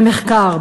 במחקר,